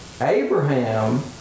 Abraham